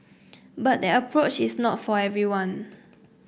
but that approach is not for everyone